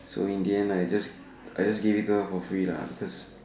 so in the end I just I just gave it to her for free lah because